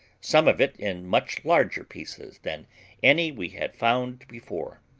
some of it in much larger pieces than any we had found before,